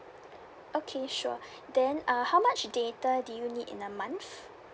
okay sure then uh how much data do you need in a month